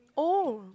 oh